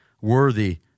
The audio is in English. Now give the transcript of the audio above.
worthy